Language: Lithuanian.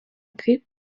kaip